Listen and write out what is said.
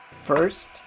First